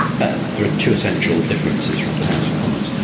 but there are two essential differences from the house of commons.